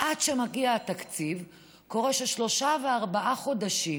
עד שמגיע התקציב קורה ששלושה וארבעה חודשים